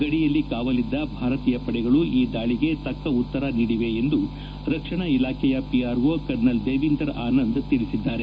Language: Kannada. ಗಡಿಯಲ್ಲಿ ಕಾವಲಿದ್ದ ಭಾರತೀಯ ಪಡೆಗಳು ಈ ದಾಳಿಗೆ ತಕ್ಕ ಉತ್ತರ ನೀಡಿವೆ ಎಂದು ರಕ್ಷಣಾ ಇಲಾಖೆಯ ಪಿಆರ್ಒ ಕರ್ನಲ್ ದೇವೀಂದರ್ ಆನಂದ್ ತಿಳಿಸಿದ್ದಾರೆ